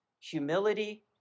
Humility